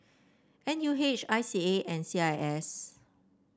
N U H I C A and C I S